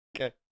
Okay